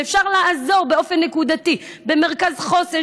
שאפשר לעזור באופן נקודתי במרכז חוסן,